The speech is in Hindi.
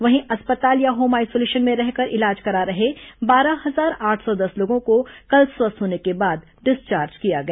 वहीं अस्पताल या होम आइसोलेशन में रहकर इलाज करा रहे बारह हजार आठ सौ दस लोगों को कल स्वस्थ होने के बाद डिस्चार्ज किया गया